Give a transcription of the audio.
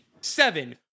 seven